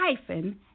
hyphen